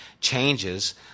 changes